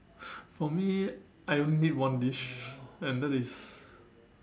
for me I only need one dish and that is